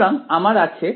সুতরাং আমার আছে